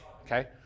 okay